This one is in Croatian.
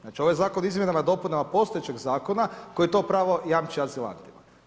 Znači, ovaj Zakon o izmjenama i dopunama postojećeg zakona koji to pravo jamči azilantima.